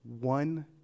One